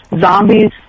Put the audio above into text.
zombies